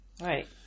Right